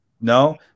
No